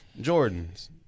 Jordans